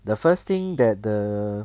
the first thing that the